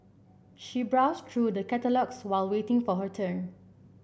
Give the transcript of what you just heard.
she browsed through the catalogues while waiting for her turn